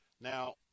Now